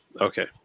Okay